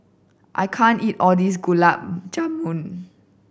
I can't eat all of this Gulab Jamun